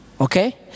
okay